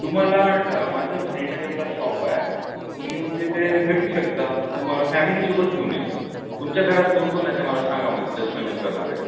तुम्हाला ड माझं श्रीनगरला शॉप आहे तुम्ही येऊन तिथे भेटू शकता तुम्हाला फॅमिलीसोबत घेऊन या तुमच्या घरात कोणकोण आहेते मला सांगा म्हणजे चष्मे यूज करणारं